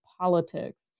politics